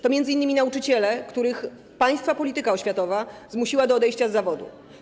To m.in. nauczyciele, których państwa polityka oświatowa zmusiła do odejścia z zawodu.